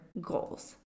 goals